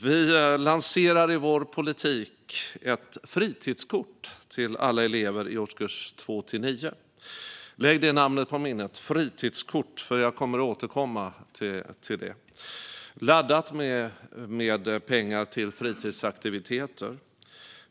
Vi lanserar i vår politik ett fritidskort, laddat med pengar till fritidsaktiviteter, till alla elever i årskurs 2-9. Lägg namnet "fritidskort" på minnet, för jag kommer att återkomma till det.